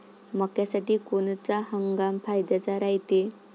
मक्क्यासाठी कोनचा हंगाम फायद्याचा रायते?